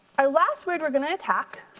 our last word we're gonna attack,